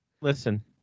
Listen